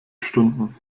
stunden